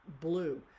blue